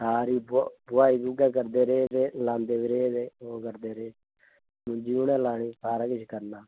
सारी बुआ बुआई बी उ'ऐ करदे रेह् ते लांदे बी रेह् ते ओह् करदे रेह् मुंजी उ'नें लानी सारा किश करना